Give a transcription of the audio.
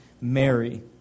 Mary